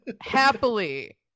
happily